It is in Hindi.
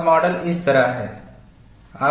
और माडल इस तरह है